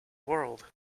world